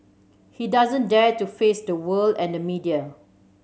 he doesn't dare to face the world and the media